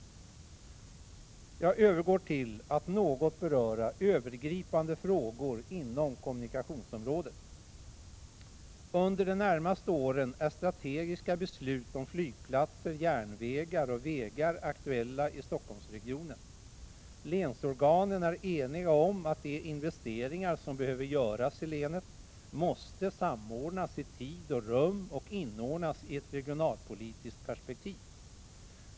143 Jag övergår till att något beröra övergripande frågor inom kommunikationsområdet. Under de närmaste åren är strategiska beslut om flygplatser, järnvägar och vägar aktuella i Stockholmsregionen. Länsorganen är eniga om att de investeringar som behöver göras i länet, måste samordnas i tid och rum och inordnas i ett regionalpolitiskt perspektiv.